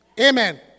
Amen